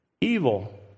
evil